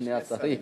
שני שרים.